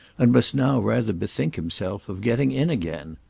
and must now rather bethink himself of getting in again.